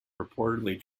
reportedly